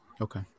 okay